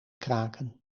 kraken